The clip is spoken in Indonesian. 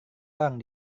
orang